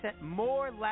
more